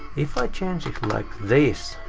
if i change it like this!